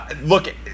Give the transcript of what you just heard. Look